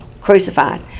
crucified